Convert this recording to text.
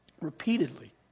repeatedly